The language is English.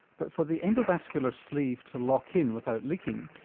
but for the endovascular sleeve to lock in without leaking,